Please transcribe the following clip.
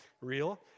real